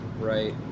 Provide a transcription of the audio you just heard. right